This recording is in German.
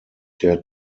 der